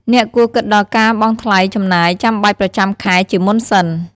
អ្នកគួរគិតដល់ការបង់ថ្លៃចំណាយចាំបាច់ប្រចាំខែជាមុនសិន។